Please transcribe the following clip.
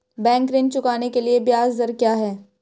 Bank ऋण चुकाने के लिए ब्याज दर क्या है?